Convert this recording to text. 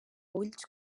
ulls